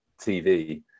tv